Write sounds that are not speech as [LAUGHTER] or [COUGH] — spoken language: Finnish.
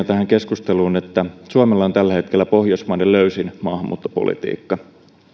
[UNINTELLIGIBLE] tähän keskusteluun sen tosiasian että suomella on tällä hetkellä pohjoismaiden löysin maahanmuuttopolitiikka